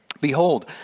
Behold